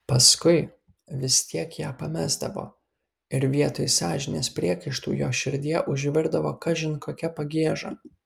paskui vis tiek ją pamesdavo ir vietoj sąžinės priekaištų jo širdyje užvirdavo kažin kokia pagieža